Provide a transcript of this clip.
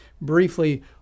briefly